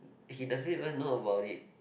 he doesn't even know about it